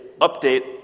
update